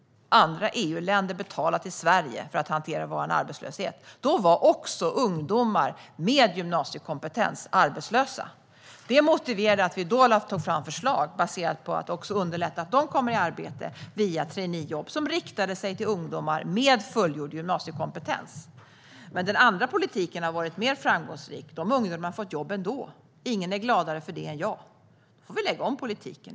Andra EU-länder betalade för att vi i Sverige skulle kunna hantera vår arbetslöshet. Då var också ungdomar med gymnasiekompetens arbetslösa. Det motiverade att vi då tog fram förslag för att underlätta för dem att komma i arbete via traineejobb riktade till ungdomar med full gymnasiekompetens. Den andra politiken har dock varit mer framgångsrik: De ungdomarna har fått jobb ändå. Ingen är gladare för det än jag. Då får vi lägga om politiken.